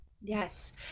Yes